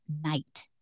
night